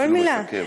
כל מילה.